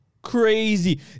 crazy